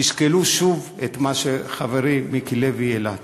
תשקלו שוב את מה שחברי מיקי לוי העלה.